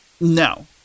no